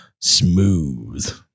smooth